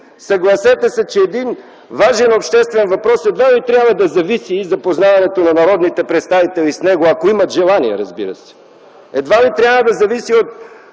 Съгласете се, че един важен обществен въпрос и запознаването на народните представители с него, ако имат желание, разбира се, едва ли трябва да зависи от